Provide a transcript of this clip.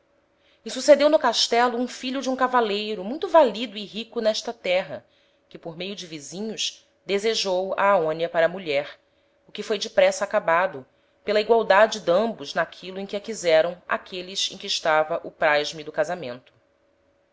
e sucedeu no castelo um filho de um cavaleiro muito valido e rico n'esta terra que por meio de visinhos desejou a aonia para mulher o que foi depressa acabado pela igualdade d'ambos n'aquilo em que a quiseram aqueles em que estava o praz me do casamento